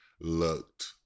looked